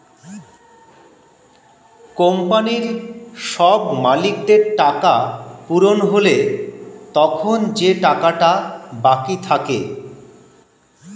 কোম্পানির সব মালিকদের টাকা পূরণ হলে তখন যে টাকাটা বাকি থাকে